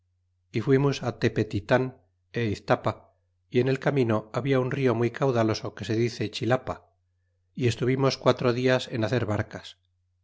é fuimos tepetitan é iztapa y en e camino habla un rio muy caudaloso que se dice chilapa y estuvimos quatro dias en hacer barcas